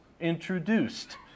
introduced